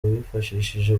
bifashishije